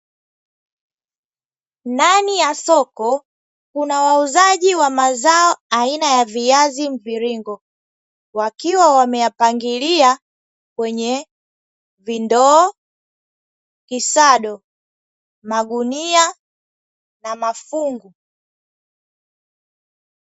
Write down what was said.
Ndani ya soko kuna wauzaji wa mazao aina ya viazi mviringo wakiwa wameyapangilia kwenye vindoo, kisado, magunia na mafungu.